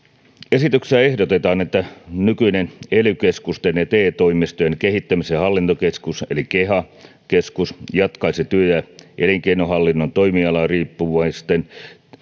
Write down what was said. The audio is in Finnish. esityksessä ehdotetaan että nykyinen ely keskusten ja te toimistojen kehittämisen hallintokeskus eli keha keskus jatkaisi työ ja elinkeinohallinnon toimialariippuvaisten